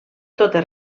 totes